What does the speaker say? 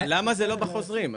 למה זה לא בחוזרים.